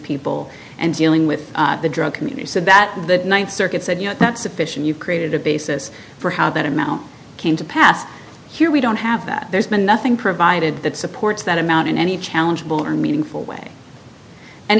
people and dealing with the drug community so that the ninth circuit said you know that's sufficient you've created a basis for how that amount came to pass here we don't have that there's been nothing provided that supports that amount in any challengeable or meaningful way and